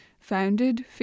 founded